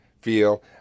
feel